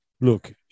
look